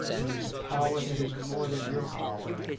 there is a power that is more than your power